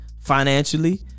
financially